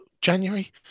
January